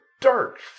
dark